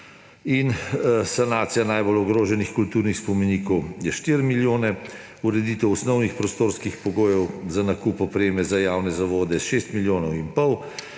sanacija najbolj ogroženih kulturnih spomenikov je 4 milijone, ureditev osnovnih prostorskih pogojev za nakup opreme za javne zavode – 6 milijonov in pol,